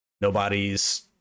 Nobody's